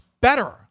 better